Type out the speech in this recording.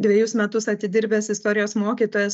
dvejus metus atidirbęs istorijos mokytojas